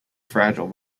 fragile